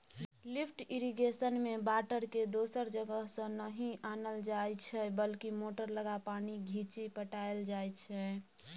lift इरिगेशनमे बाटरकेँ दोसर जगहसँ नहि आनल जाइ छै बल्कि मोटर लगा पानि घीचि पटाएल जाइ छै